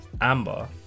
Amber